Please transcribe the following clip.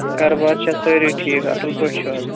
گَرٕ بار چھا سٲرِی ٹھیٖک اصٕل پٲٹھۍ چھِو حظ